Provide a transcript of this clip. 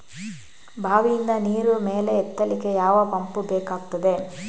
ಬಾವಿಯಿಂದ ನೀರು ಮೇಲೆ ಎತ್ತಲಿಕ್ಕೆ ಯಾವ ಪಂಪ್ ಬೇಕಗ್ತಾದೆ?